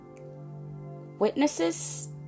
Witnesses